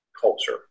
culture